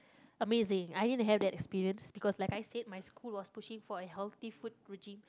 amazing I did have that experience because like I said my school was pushing for a healthy food cuisine